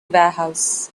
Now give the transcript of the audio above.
warehouse